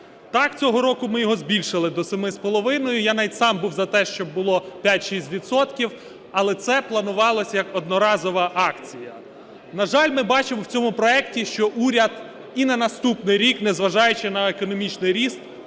Так цього року ми його збільшили до 7,5. Я навіть сам був за те, щоб було 5-6 відсотків, але це планувалося як одноразова акція. На жаль, ми бачимо в цьому проекті, що уряд і на наступний рік, не зважаючи на економічний ріст,